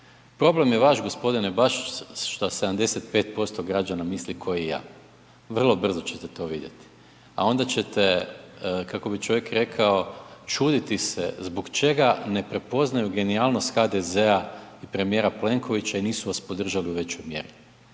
Problem je vaš gospodine baš što 75% građana misli ko i ja, vrlo brzo ćete to vidjet. A onda ćete kako bi čovjek rekao čuditi se zbog čega ne prepoznaju genijalnost HDZ-a i premijera Plenkovića i nisu vas podržali u većoj mjeri.